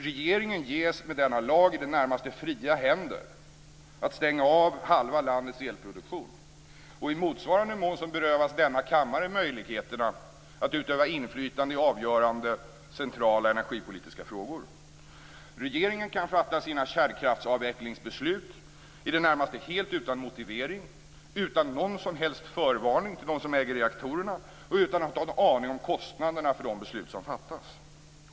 Regeringen ges med denna lag i det närmaste fria händer att stänga av halva landets elproduktion. I motsvarande mån berövas denna kammare möjligheterna att utöva inflytande i avgörande centrala energipolitiska frågor. Regeringen kan fatta sina kärnkraftsavvecklingsbeslut i det närmaste helt utan motivering, utan någon som helst förvarning till dem som äger reaktorerna och utan att ha en aning om kostnaderna för de beslut som fattas.